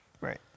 Right